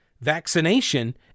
vaccination